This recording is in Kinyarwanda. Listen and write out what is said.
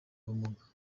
ubumuga